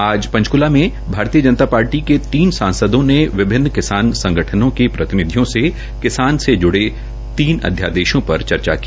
आज पंचकला में Bharatiya Janata Party party के तीन सांसदों ने विभिन्न किसान संगठनों के प्रतिनिधियों से किसानों से जुड़े अधयादेशों पर चर्चा की